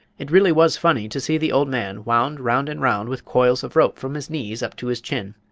it really was funny to see the old man wound round and round with coils of rope from his knees up to his chin.